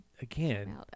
again